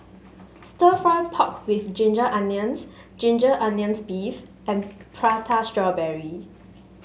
stir fry pork with Ginger Onions Ginger Onions beef and Prata Strawberry